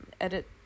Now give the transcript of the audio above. edit